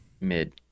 Mid